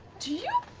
do you